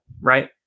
right